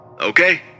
Okay